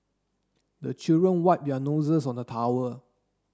the children wipe their noses on the towel